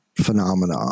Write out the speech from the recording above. phenomena